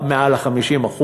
מעל 50%,